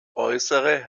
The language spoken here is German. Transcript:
äußere